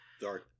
Sorry